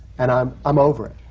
and i'm i'm over it.